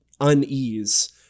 unease